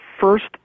first